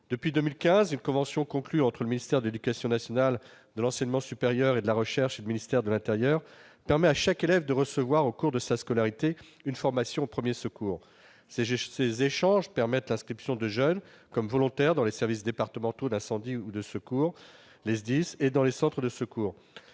Depuis 2015, une convention conclue entre le ministère de l'éducation nationale, de l'enseignement supérieur et de la recherche et le ministère de l'intérieur permet à chaque élève de recevoir au cours de sa scolarité une formation aux premiers secours. Ces échanges permettent l'inscription de jeunes en tant que volontaires dans les services départementaux d'incendie et de secours et dans les centres de secours.